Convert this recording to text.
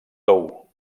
tou